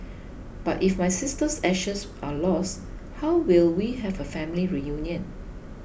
but if my sister's ashes are lost how will we have a family reunion